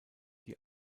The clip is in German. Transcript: die